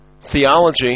theology